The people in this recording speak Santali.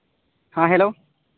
ᱦᱮᱸ ᱦᱮᱞᱳ